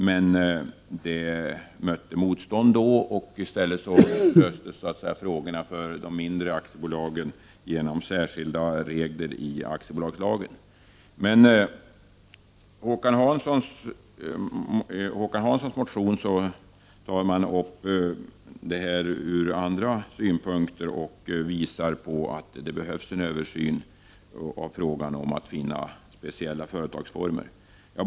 Detta mötte dock motstånd. I stället löstes frågan för de mindre företagen genom särskilda regler i aktiebolagslagen. Håkan Hansson tar i sin motion upp andra synpunkter och visar på att det behövs en översyn av frågan om det behövs nya företagsformer.